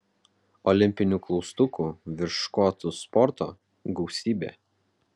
olimpinių klaustukų virš škotų sporto gausybė